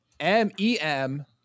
M-E-M